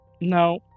No